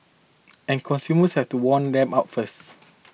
and consumers has to warmed up first